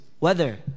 Weather